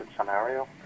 scenario